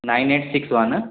nine eight six one